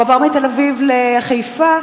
והוא עבר מתל-אביב לחיפה,